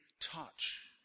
touch